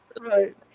Right